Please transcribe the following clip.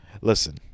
listen